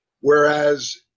Whereas